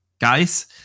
Guys